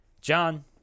John